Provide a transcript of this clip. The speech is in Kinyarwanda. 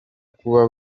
kuba